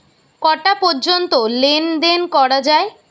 কটা পর্যন্ত লেন দেন করা য়ায়?